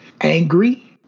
angry